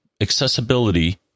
Accessibility